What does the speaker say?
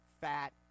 fat